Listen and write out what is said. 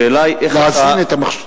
השאלה היא, להזין את המחשב.